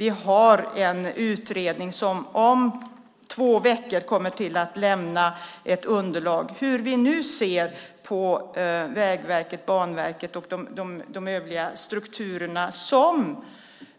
Vi har en utredning som om två veckor kommer att lämna ett underlag för hur vi nu ser på Vägverket, Banverket och de övriga strukturer som